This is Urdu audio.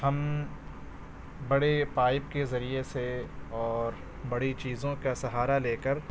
ہم بڑے پائپ کے ذریعے سے اور بڑی چیزوں کا سہارا لے کر